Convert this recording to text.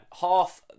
half